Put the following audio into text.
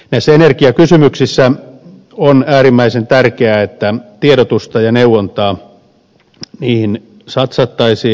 näissä energiakysymyksissä on äärimmäisen tärkeää että tiedotukseen ja neuvontaan satsattaisiin